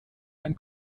ein